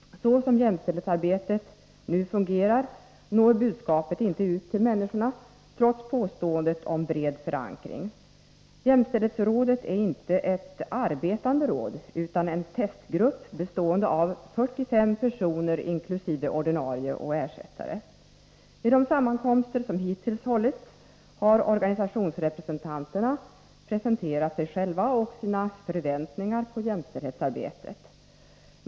Så som jämställdhetsarbetet nu fungerar når budskapet inte ut till människorna, trots påståendet om bred förankring. Jämställdhetsrådet är inte ett ”arbetande råd” utan en testgrupp, bestående av 45 personer, ordinarie och ersättare inkluderade. Vid de sammankomster som hittills hållits har organisationsrepresentanterna presenterat sig själva och sina ”förväntningar” på jämställdhetsarbetet.